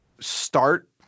start